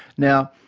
now,